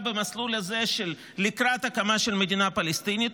במסלול הזה של לקראת הקמה של מדינה פלסטינית,